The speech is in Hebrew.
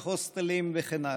בהוסטלים וכן הלאה.